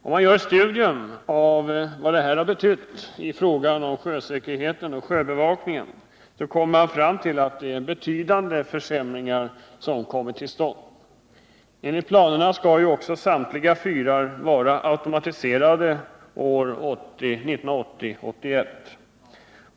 Om man studerar vad detta har betytt i fråga om sjösäkerhet och sjöbevakning, kommer man fram till att det är betydande försämringar som kommit till stånd. Enligt planerna skall samtliga fyrar vara automatiserade 1980-1981.